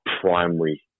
primary